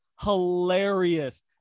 hilarious